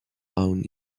own